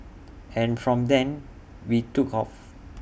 and from then we took off